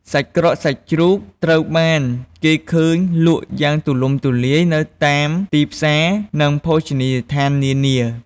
សាច់ក្រកសាច់ជ្រូកត្រូវបាន គេឃើញលក់យ៉ាងទូលំទូលាយនៅតាមទីផ្សារ និងភោជនីយដ្ឋាននានា។